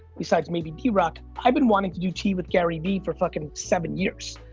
besides maybe d rock, i've been wanting to do tea with garyvee for fucking seven years,